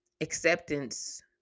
acceptance